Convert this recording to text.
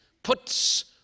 puts